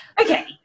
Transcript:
Okay